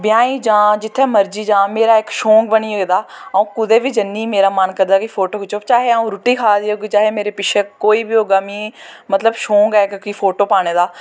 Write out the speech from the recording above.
ब्याहें जा जित्थें मर्जी जां मेरा इक शौक बनी गेदा अऊं कुदै बी जन्नी मेरा मन करदा कि मेरा फोटो खिच्चो चाहे अऊं रुट्टी खा दी होगी चाहे मेरै पिच्छें कोई बी होगा मतलव कि शौक ऐ इक फोटो पाने दा